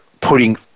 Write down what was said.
putting